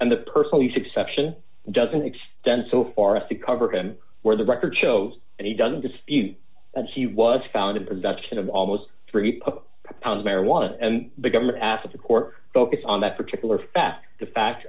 and the person the succession doesn't extend so far as to cover him where the record shows and he doesn't dispute that he was found in production of almost three pounds marijuana and the government asked the court focus on that particular fact the fact